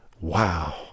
Wow